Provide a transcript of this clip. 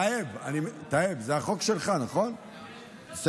טייב, זה החוק שלך, בסדר?